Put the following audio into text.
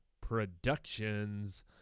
productions